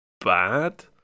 Bad